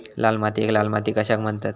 लाल मातीयेक लाल माती कशाक म्हणतत?